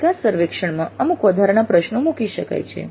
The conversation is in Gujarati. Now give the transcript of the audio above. પરંતુ નિકાસ સર્વેક્ષણમાં અમુક વધારાના પ્રશ્નો મૂકી શકાય છે